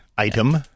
Item